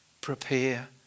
prepare